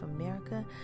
America